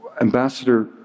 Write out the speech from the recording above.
ambassador